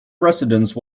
residence